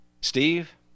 Steve